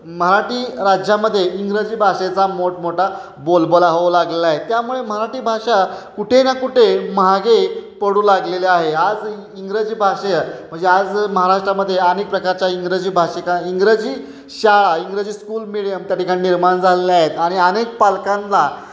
मराठी राज्यामध्ये इंग्रजी भाषेचा मोठमोठा बोलबाला होऊ लागलेला आहे त्यामुळे मराठी भाषा कुठे ना कुठे मागे पडू लागलेले आहे आज इंग्रजी भाषा म्हणजे आज महाराष्ट्रामध्ये अनेक प्रकारच्या इंग्रजी भाषिक इंग्रजी शाळा इंग्रजी स्कूल मिडीयम त्या ठिकाणी निर्माण झालेल्या आहेत आणि अनेक पालकांना